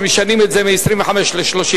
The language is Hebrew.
שמשנים את זה מ-25 ל-30.